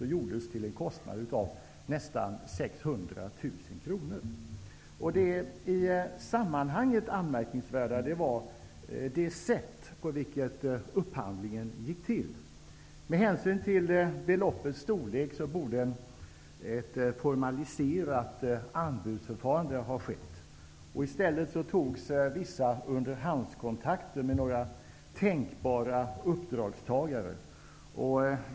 De gjordes till en kostnad av nästan 600 000 kr. Det i sammanhanget anmärkningsvärda är det sätt på vilket upphandlingen gick till. Med hänsyn till beloppets storlek borde ett formaliserat anbudsförfarande ha skett. I stället togs vissa underhandskontakter med några tänkbara uppdragstagare.